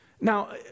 Now